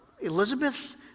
Elizabeth